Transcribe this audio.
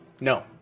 No